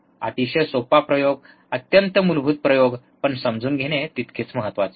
अतिशय सोपा प्रयोग अत्यंत मूलभूत प्रयोग पण समजून घेणे तितकेच महत्त्वाचे आहे